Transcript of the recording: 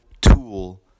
tool